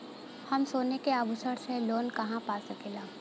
हम सोने के आभूषण से लोन कहा पा सकीला?